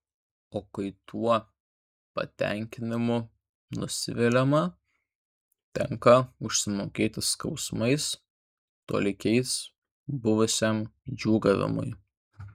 o kai tuo patenkinimu nusiviliama tenką užsimokėti skausmais tolygiais buvusiam džiūgavimui